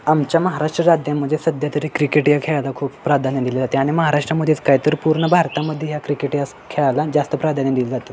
आमच्या महाराष्ट्र राज्यामध्ये सध्या तरी क्रिकेट या खेळाला खूप प्राधान्य दिले जाते आणि महाराष्ट्रामध्येच काय तर पूर्ण भारतामध्ये ह्या क्रिकेट या खेळाला जास्त प्राधान्य दिलं जातं